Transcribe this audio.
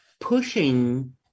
pushing